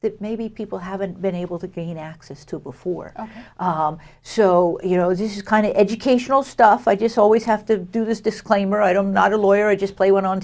that maybe people haven't been able to gain access to before so you know this kind of educational stuff i just always have to do this disclaimer i don't not a lawyer i just play one on